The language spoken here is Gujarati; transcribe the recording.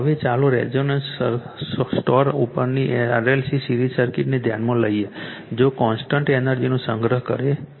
હવે ચાલો રેઝોનન્સ સ્ટોર્સ ઉપરની RLC સીરિઝ સર્કિટને ધ્યાનમાં લઈએ જે કોન્સટન્ટ એનર્જીનો સંગ્રહ કરે છે